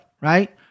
right